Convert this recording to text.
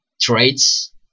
traits